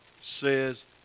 says